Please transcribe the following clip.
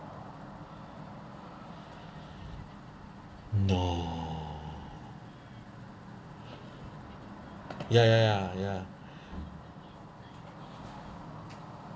nah ya ya ya ya